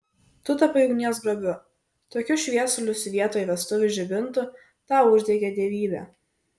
tu tapai ugnies grobiu tokius šviesulius vietoj vestuvių žibintų tau uždegė dievybė